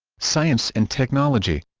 science and technology